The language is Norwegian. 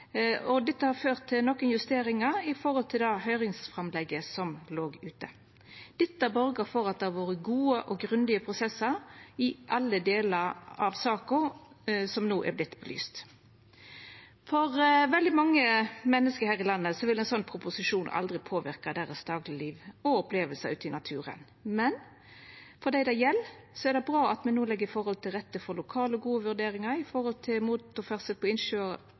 og det har ført til nokre justeringar samanlikna med høyringsframlegget som låg ute. Dette borgar for at det har vore gode og grundige prosessar i alle delar av saka som no har vorte belyst. For veldig mange menneske her i landet vil ein slik proposisjon aldri påverka dagleglivet og opplevingane deira ute i naturen, men for dei det gjeld, er det bra at me no legg forholda til rette for lokale og gode vurderingar når det gjeld motorferdsel på innsjøar